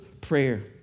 prayer